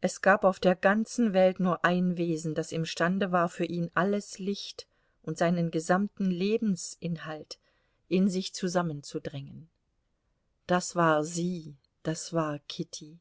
es gab auf der ganzen welt nur ein wesen das imstande war für ihn alles licht und seinen gesamten lebensinhalt in sich zusammenzudrängen das war sie das war kitty